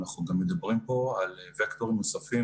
אנחנו גם מדברים פה על וקטורים נוספים,